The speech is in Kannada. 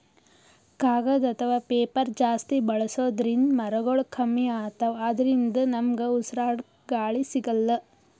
ಕಾಗದ್ ಅಥವಾ ಪೇಪರ್ ಜಾಸ್ತಿ ಬಳಸೋದ್ರಿಂದ್ ಮರಗೊಳ್ ಕಮ್ಮಿ ಅತವ್ ಅದ್ರಿನ್ದ ನಮ್ಗ್ ಉಸ್ರಾಡ್ಕ ಗಾಳಿ ಸಿಗಲ್ಲ್